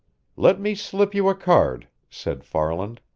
let me slip you a card, said farland.